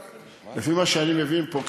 לפי מה שאני מבין פה,